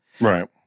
Right